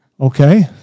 Okay